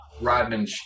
Rodman